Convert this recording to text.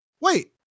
wait